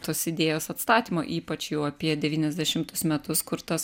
tos idėjos atstatymo ypač jau apie devyniasdešimtus metus kur tas